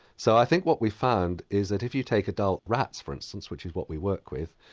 so i think what we found is that if you take adult rats for instance which is what we work with,